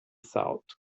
south